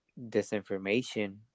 disinformation